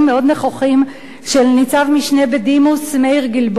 נכוחים של ניצב-משנה בדימוס מאיר גלבוע,